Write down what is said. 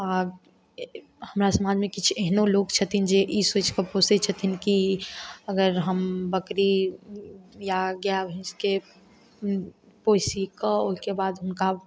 आओर हमरा समाजमे किछु एहनो लोक छथिन जे ई सोचिके पोसै छथिन कि ई अगर हम बकरी या गाइ भैँसके पोसिके ओहिके बाद हुनका